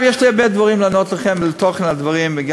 יש לי הרבה דברים לענות לכם לתוכן הדברים,